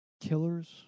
killers